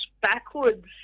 backwards